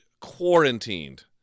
quarantined